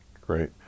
Great